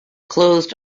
closed